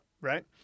right